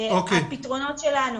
הפתרונות שלנו